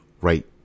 right